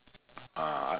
ah